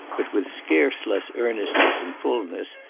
but with scarce less earnestness and fulness,